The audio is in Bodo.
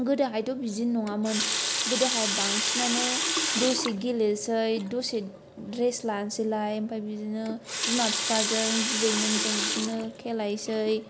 गोदोहायथ' बिदि नङामोन गोदोहाय बांसिनानो दसे गेलेसै दसे रेस्त लानसैलाय आमफ्राय बिदिनो बिमा बिफाजों बिबैमोनजों बिदिनो खेलायसै